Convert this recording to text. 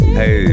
hey